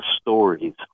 stories